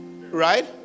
right